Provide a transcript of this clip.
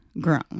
grown